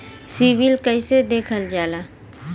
CIBIL कैसे देखल जाला?